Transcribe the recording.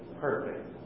perfect